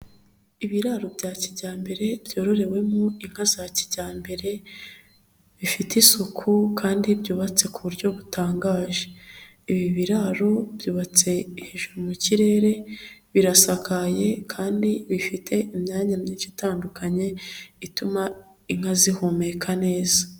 Ibiraro bya kijyambere byororewemo inka za kijyambere, bifite isuku kandi byubatse ku buryo butangaje, ibi biraro byubatse hejuru mu kirere, birasakaye kandi bifite imyanya myinshi itandukanye ituma inka zihumeka neza.